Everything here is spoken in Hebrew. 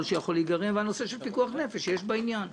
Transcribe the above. שיכול להיגרם ואת הנושא של פיקוח נפש שיש בעניין,